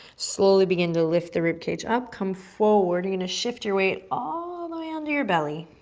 slowly begin to lift the ribcage up, come forward. you're gonna shift your weight all the way onto your belly.